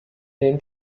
den